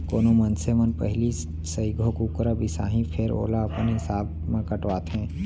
कोनो मनसे मन पहिली सइघो कुकरा बिसाहीं फेर ओला अपन हिसाब म कटवाथें